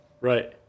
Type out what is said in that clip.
Right